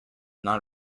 not